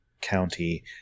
county